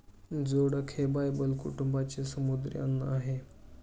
जोडक हे बायबल कुटुंबाचे समुद्री अन्न आहे